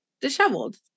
disheveled